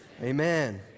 amen